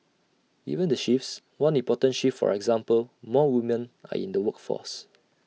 given the shifts one important shift for example more women are in the workforce